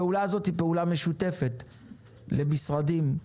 הפעולה הזאת היא פעולה משותפת למשרדי ממשלה,